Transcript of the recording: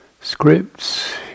scripts